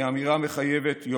אני רוצה לציין שקראתי לפני כמה